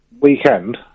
weekend